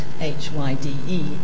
H-Y-D-E